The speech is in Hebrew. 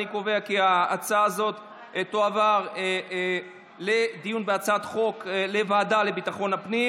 אני קובע כי ההצעה הזאת תועבר לדיון בהצעת החוק לוועדה לביטחון הפנים.